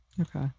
Okay